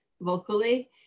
vocally